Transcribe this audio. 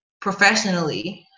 professionally